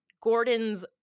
gordon's